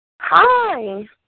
Hi